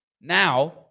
Now